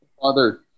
Father